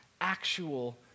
actual